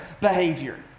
behavior